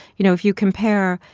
you know if you compare,